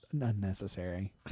unnecessary